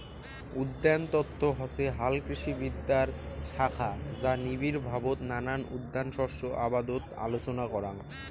উদ্যানতত্ত্ব হসে হালকৃষিবিদ্যার শাখা যা নিবিড়ভাবত নানান উদ্যান শস্য আবাদত আলোচনা করাং